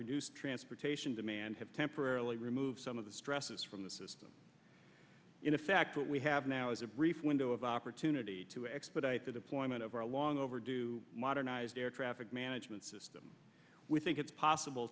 reduced transportation demand have temporarily remove some of the stresses from the system in effect what we have now is a brief window of opportunity to expedite the deployment of our long overdue modernized air traffic management system we think it's possible